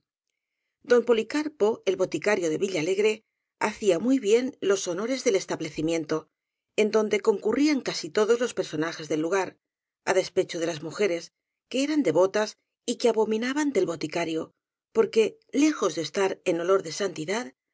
don policarpo el boticario de villalegre hacía muy bien los honores del establecimiento en don de concurrían casi todos los personajes del lugar á despecho de las mujeres que eran devotas y que abominaban del boticario porque lejos de estar en olor de santidad